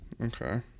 Okay